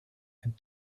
and